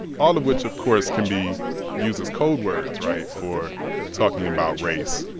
all of which, of course, can be used as code words right? for talking about race.